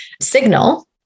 signal